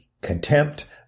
Contempt